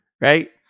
Right